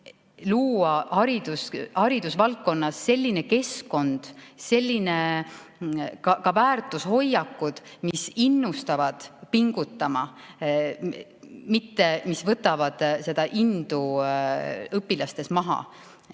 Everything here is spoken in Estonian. luua haridusvaldkonnas selline keskkond, ka väärtushoiakud, mis innustavad pingutama, mitte sellised, mis võtavad seda indu õpilastes maha.